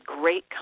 great